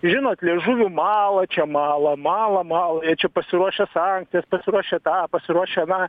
žinot liežuviu mala čia mala mala mala čia pasiruošę sankcijas pasiruošę tą pasiruošę aną